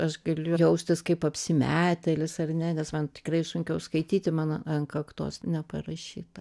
aš galiu jaustis kaip apsimetėlis ar ne nes man tikrai sunkiau skaityti mano ant kaktos neparašyta